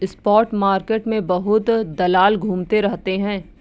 spot market में बहुत दलाल घूमते रहते हैं